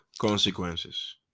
consequences